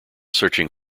searching